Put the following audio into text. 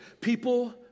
People